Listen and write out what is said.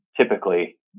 typically